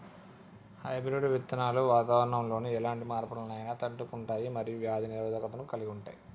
hybrid విత్తనాలు వాతావరణంలోని ఎలాంటి మార్పులనైనా తట్టుకుంటయ్ మరియు వ్యాధి నిరోధకతను కలిగుంటయ్